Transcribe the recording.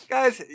Guys